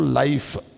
life